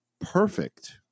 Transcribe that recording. perfect